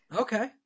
Okay